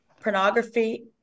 pornography